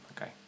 Okay